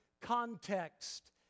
context